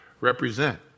represent